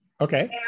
Okay